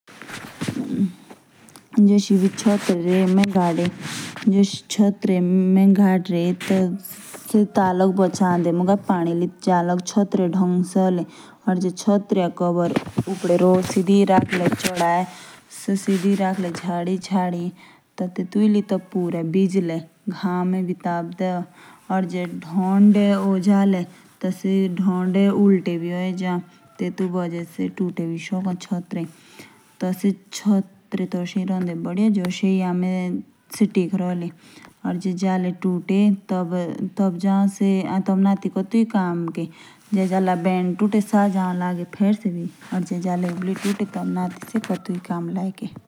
जश एबि छतरी रे म गाडे। टी से मुके ता लग होंदे ता अलग बचंदे से पड़ी ली। जा लाग काहात्रे डांगसे होले। या कहत्रे को कवर अपदे रो, या सिदि रखले से जहदी, जहदी। त शुद्ध शुद्ध भीजदे पानी ली।